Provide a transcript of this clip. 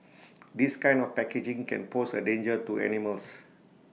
this kind of packaging can pose A danger to animals